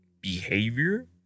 behavior